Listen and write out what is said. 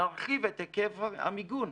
נרחיב את היקף המיגון,